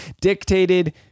Dictated